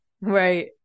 Right